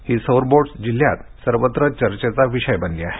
ही सौर बोट जिल्ह्यात सर्वत्र चर्चेचा विषय बनली आहे